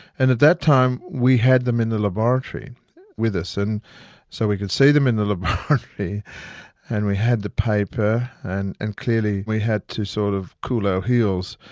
and at that time, we had them in the laboratory with us, and so we could see them in the laboratory and we had the paper and and clearly we had to sort of cool our heels,